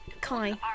Kai